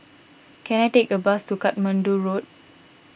can I take a bus to Katmandu Road